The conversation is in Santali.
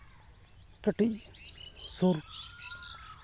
ᱠᱟᱹᱴᱤᱡ ᱥᱩᱨ